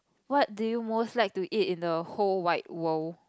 what do you most like to eat in the whole wide world